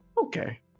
okay